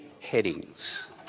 headings